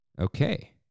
Okay